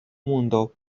mundo